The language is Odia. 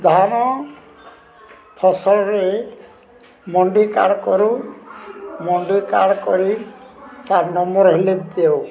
ଧାନ ଫସଲରେ ମଣ୍ଡି କାର୍ଡ଼ କରୁ ମଣ୍ଡି କାର୍ଡ଼ କରି ତା ନମ୍ବର ହେଲେ ଦେଉ